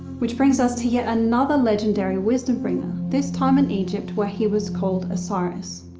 which brings us to yet another legendary wisdom bringer, this time in egypt where he was called osiris.